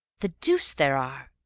the deuce there are!